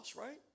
right